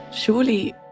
Surely